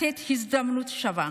יש לתת הזדמנות שווה,